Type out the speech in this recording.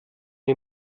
die